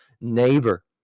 neighbor